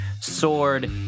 sword